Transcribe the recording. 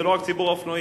אתה צודק.